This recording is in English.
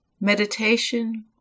meditation